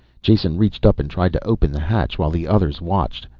jason reached up and tried to open the hatch, while the others watched.